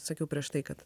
sakiau prieš tai kad